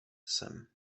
jsem